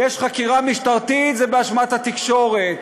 יש חקירה משטרתית זה באשמת התקשורת,